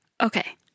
Okay